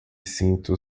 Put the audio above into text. sinto